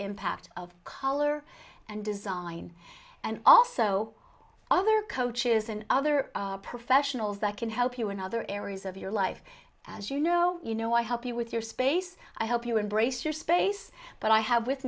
impact of color and design and also other coaches and other professionals that can help you in other areas of your life as you know you know i help you with your space i help you embrace your space but i have with